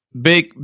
big